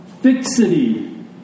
Fixity